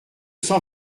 cent